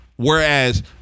Whereas